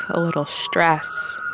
a little stress.